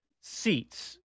seats